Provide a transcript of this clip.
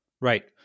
Right